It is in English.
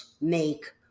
make